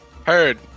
heard